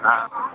હા